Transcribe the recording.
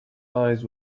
eyes